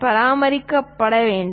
பராமரிக்கப்பட வேண்டும்